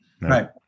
Right